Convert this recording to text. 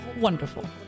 Wonderful